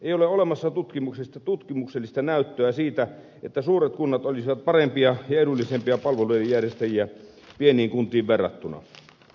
ei ole olemassa tutkimuksellista näyttöä siitä että suuret kunnat olisivat parempia ja edullisempia palvelujen järjestäjiä pieniin kuntiin verrattuna